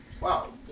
wow